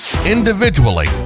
Individually